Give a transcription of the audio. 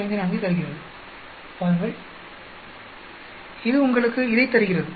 54 தருகிறது பாருங்கள் இது உங்களுக்கு இதைத் தருகிறது